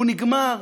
הוא נגמר,